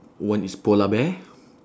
one is polar bear